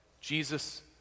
Jesus